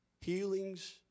Healings